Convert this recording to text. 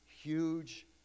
huge